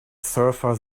surfer